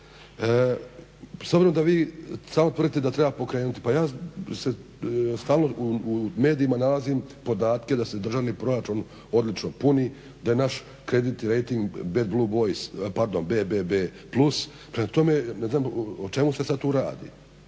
obzirom da vi stalno tvrdite da treba pokrenuti pa ja stalno u medijima nalazim podatke da se državni proračun odlično puni, da je naš kreditni rejting bad blue boys, pardon BBB plus. Prema tome ne znam o čemu se sad tu radi.